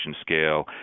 scale